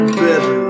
better